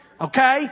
okay